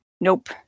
Nope